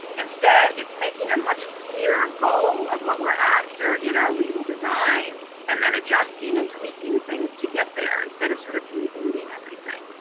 instead, it's making a much clearer goal of what we're after in our legal design and then adjusting and tweaking things to get there instead of sort of rebooting everything,